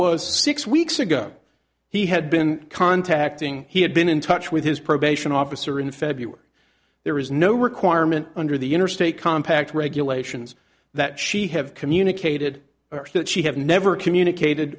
was six weeks ago he had been contacting he had been in touch with his probation officer in feb there is no requirement under the interstate compact regulations that she have communicated or that she have never communicated